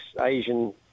Asian